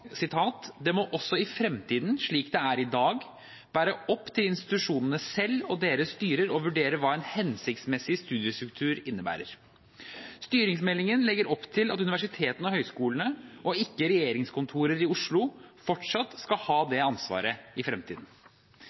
må også i fremtiden, slik det er i dag, være opp til institusjonene selv og deres styrer å vurdere hva en hensiktsmessig studiestedstruktur innebærer.» Styringsmeldingen legger opp til at universitetene og høyskolene, og ikke et regjeringskontor i Oslo, fortsatt skal ha det ansvaret i fremtiden.